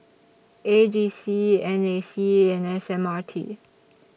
A G C N A C and S M R T